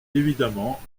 évidemment